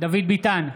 דוד ביטן,